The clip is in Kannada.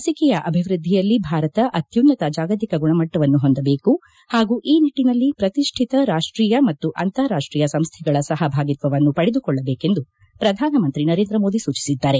ಲಸಿಕೆಯ ಅಭಿವ್ಯದ್ಲಿಯಲ್ಲಿ ಭಾರತ ಅತ್ಯುನ್ನತ ಜಾಗತಿಕ ಗುಣಮಟ್ಟವನ್ನು ಹೊಂದಬೇಕು ಹಾಗೂ ಈ ನಿಟ್ಟನಲ್ಲಿ ಪ್ರತಿಷ್ಟಿತ ರಾಷ್ಷೀಯ ಮತ್ತು ಅಂತಾರಾಷ್ಷೀಯ ಸಂಸ್ಥೆಗಳ ಸಹಭಾಗಿತ್ತವನ್ನು ಪಡೆದುಕೊಳ್ಳಬೇಕೆಂದು ಪ್ರಧಾನಮಂತ್ರಿ ನರೇಂದ್ರಮೋದಿ ಸೂಚಿಸಿದ್ದಾರೆ